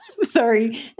Sorry